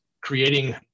creating